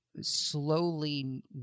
slowly